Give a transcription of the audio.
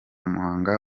muhanga